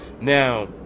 Now